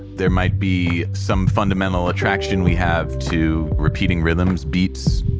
there might be some fundamental attraction we have to repeating rhythms, beats